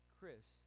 Chris